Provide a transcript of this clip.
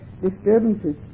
Disturbances